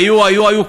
היו היו היו,